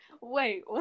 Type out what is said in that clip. Wait